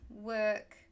work